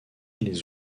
les